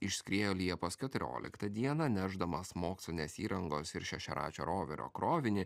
išskriejo liepos keturioliktą dieną nešdamas mokslinės įrangos ir šešiaračio roverio krovinį